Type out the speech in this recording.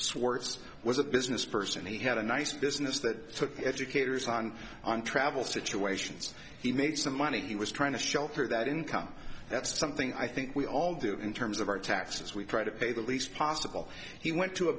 swartz was a business person he had a nice business that took educators on on travel situations he made some money he was trying to shelter that income that's something i think we all do in terms of our taxes we try to pay the least possible he went to a